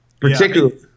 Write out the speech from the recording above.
particularly